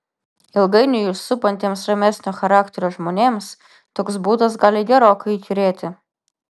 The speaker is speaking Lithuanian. ilgainiui jį supantiems ramesnio charakterio žmonėms toks būdas gali gerokai įkyrėti